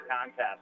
contest